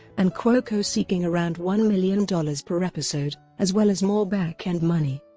and cuoco seeking around one million dollars per episode, as well as more back-end money.